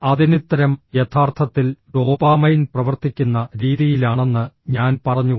അതിനുത്തരം യഥാർത്ഥത്തിൽ ഡോപാമൈൻ പ്രവർത്തിക്കുന്ന രീതിയിലാണെന്ന് ഞാൻ പറഞ്ഞു